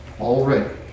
already